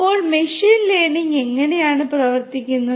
അപ്പോൾ machine learning എങ്ങനെയാണ് പ്രവർത്തിക്കുന്നത്